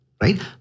Right